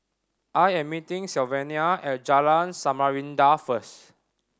I am meeting Sylvania at Jalan Samarinda first